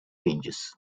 changes